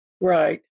Right